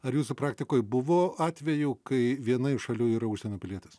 ar jūsų praktikoj buvo atvejų kai viena iš šalių yra užsienio pilietis